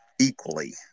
equally